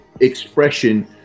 expression